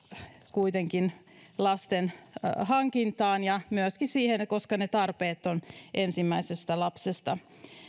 kuitenkin lasten hankintaan ja huomioida myöskin sen että ne tarpeet tulevat ensimmäisestä lapsesta